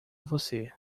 você